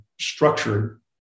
structured